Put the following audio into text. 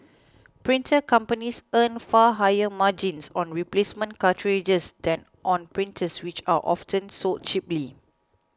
printer companies earn far higher margins on replacement cartridges than on printers which are often sold cheaply